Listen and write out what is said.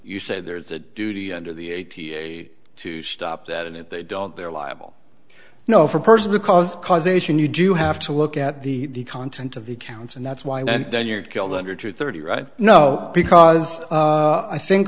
you said there's a duty under the eighty eight to stop that and if they don't they're liable you know for person because causation you do you have to look at the content of the accounts and that's why and then you're killed under thirty right no because i think